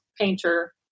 painter